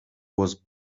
was